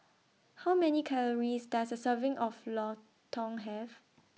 How Many Calories Does A Serving of Lontong Have